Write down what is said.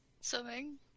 Swimming